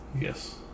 Yes